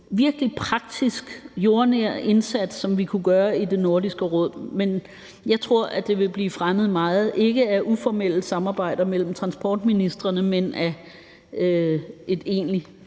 virkelig praktisk, jordnær indsats, som vi kunne gøre i Nordisk Råd, og jeg tror, det vil blive fremmet meget, ikke af uformelle samarbejder mellem transportministrene, men af et egentligt